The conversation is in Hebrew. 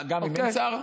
מה, גם אם אין שר?